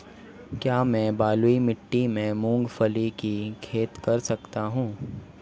क्या मैं बलुई मिट्टी में मूंगफली की खेती कर सकता हूँ?